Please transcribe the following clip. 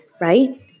right